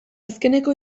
azkeneko